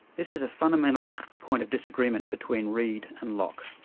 this is a fundamental point of disagreement between reid and locke.